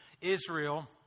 Israel